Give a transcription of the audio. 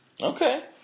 Okay